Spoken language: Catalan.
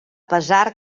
pesar